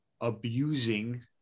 abusing